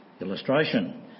illustration